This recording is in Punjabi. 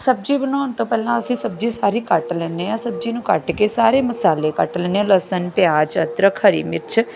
ਸਬਜ਼ੀ ਬਣਾਉਣ ਤੋਂ ਪਹਿਲਾਂ ਅਸੀਂ ਸਬਜ਼ੀ ਸਾਰੀ ਕੱਟ ਲੈਂਦੇ ਹਾਂ ਸਬਜ਼ੀ ਨੂੰ ਕੱਟ ਕੇ ਸਾਰੇ ਮਸਾਲੇ ਕੱਟ ਲੈਂਦੇ ਹਾਂ ਲਸਣ ਪਿਆਜ ਅਦਰਕ ਹਰੀ ਮਿਰਚ